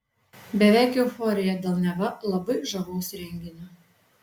beveik euforija dėl neva labai žavaus renginio